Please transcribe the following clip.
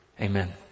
Amen